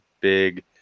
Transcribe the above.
big